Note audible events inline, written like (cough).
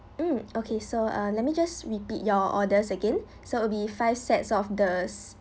mm okay so uh let me just repeat your orders again (breath) so it would be five sets of the